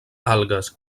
algues